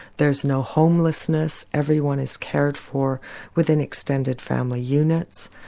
there's no homelessness, everyone is cared for within extended family units.